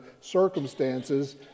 circumstances